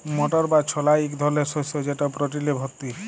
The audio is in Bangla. মটর বা ছলা ইক ধরলের শস্য যেট প্রটিলে ভত্তি